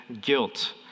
guilt